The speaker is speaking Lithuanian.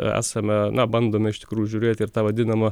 esame na bandome iš tikrųjų žiūrėti ir tą vadinamą